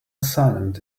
silent